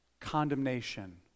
condemnation